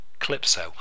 Clipso